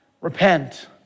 Repent